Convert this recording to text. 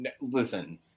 Listen